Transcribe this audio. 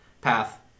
path